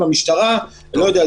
במשטרה אני לא יודע,